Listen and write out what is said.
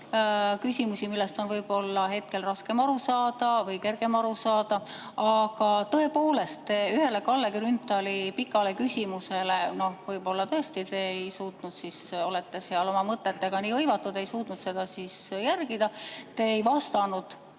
küsimusi, millest on võib-olla teatud hetkel raskem aru saada või kergem aru saada. Aga tõepoolest, ühele Kalle Grünthali pikale küsimusele – no võib-olla tõesti te olete seal oma mõtetega nii hõivatud, et ei suutnud seda jälgida – te ei vastanud